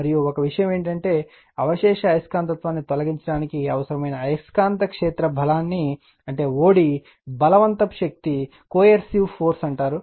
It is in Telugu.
మరియు ఒక విషయం ఏమిటంటే అవశేష అయస్కాంతత్వాన్ని తొలగించడానికి అవసరమైన అయస్కాంత క్షేత్ర బలాన్ని అంటే o d బలవంతపు శక్తి అంటారు